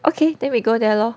okay then we go there lor